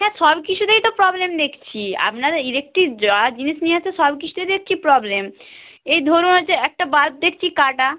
হ্যাঁ সব কিছুতেই তো প্রবলেম দেখছি আপনার ইলেকট্রিক যা জিনিস নিয়ে এসেছে সব কিছুতে দেখছি প্রবলেম এই ধরুন হচ্ছে একটা বাল্ব দেখছি কাটা